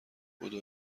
بدو